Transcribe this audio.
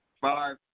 Five